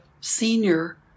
senior